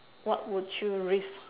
what would you risk